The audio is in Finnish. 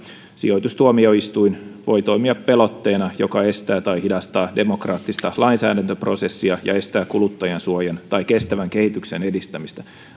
sijoitustuomioistuin voi toimia pelotteena joka estää tai hidastaa demokraattista lainsäädäntöprosessia ja estää kuluttajansuojan tai kestävän kehityksen edistämistä